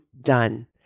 done